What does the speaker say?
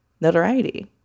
notoriety